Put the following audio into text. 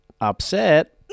Upset